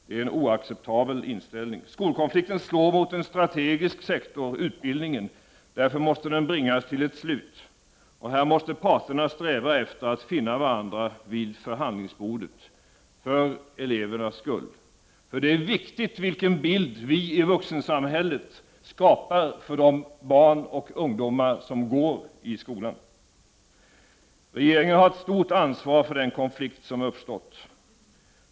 Det är en oacceptabel inställning. Skolkonflikten slår mot en strategisk sektor, utbildningen. Därför måste den bringas till ett slut. Här måste parterna sträva efter att finna varandra vid förhandlingsbordet, för elevernas skull. Det är viktigt vilken bild vi i vuxensamhället skapar för de barn och ungdomar som går i skolan. Regeringen har ett stort ansvar för den konflikt som har uppstått.